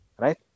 right